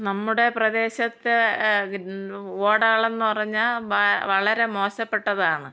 നമ്മുടെ പ്രദേശത്ത് ഓടകളെന്ന് പറഞ്ഞാൽ വളരെ മോശപ്പെട്ടതാണ്